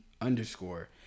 underscore